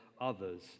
others